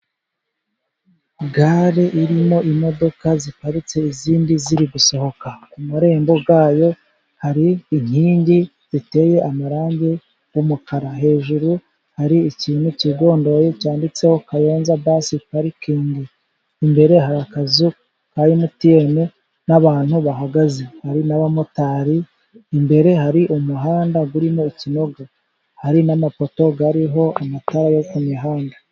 Gare irimo imodoka ziparitse, izindi ziri gusohoka, ku marembo yayo hari inkingi ziteye amarangi y'umukara hejuru hari ikintu kigondoye cyanditseho kayonza basi parikingi. Imbere hari akazu ka MTN n'abantu bahagaze, hari n'abamotari, imbere hari umuhanda urimo ikinogo, hari n'amapoto ariho amatara yo ku mihanda.